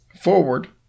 forward